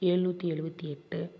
ஏழுநூத்தி எழுவத்தி எட்டு